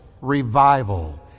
Revival